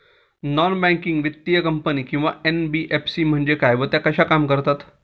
Non banking वित्तीय company किंवा NBFC म्हणजे काय व त्या कशा काम करतात?